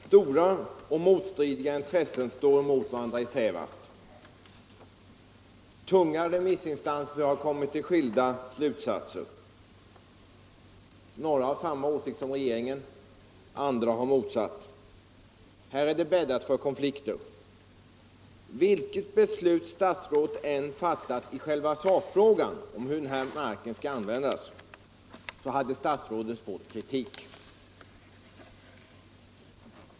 Herr talman! Stora och motstridiga intressen står mot varandra i Sävast. Tunga remissinstanser har kommit till skilda slutsatser. Några har samma åsikt som regeringen, andra har motsatt uppfattning. Här är det bäddat för konflikter. Vilket beslut herr statsrådet än hade fattat i själva sakfrågan så hade han fått kritik.